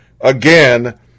again